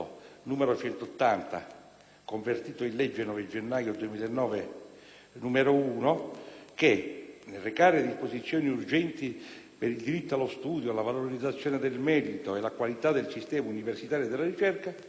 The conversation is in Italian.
n. 180, convertito in legge dalla legge 9 gennaio 2009, n. 1, che, nel recare disposizioni urgenti "per il diritto allo studio, la valorizzazione del merito e la qualità del sistema universitario e della ricerca",